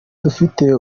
dufite